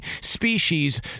species